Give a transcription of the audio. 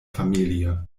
familie